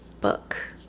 book